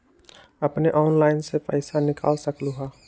अपने ऑनलाइन से पईसा निकाल सकलहु ह?